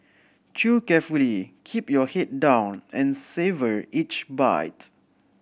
chew carefully keep your head down and savour each bite